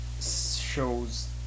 shows